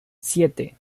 siete